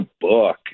book